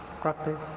practice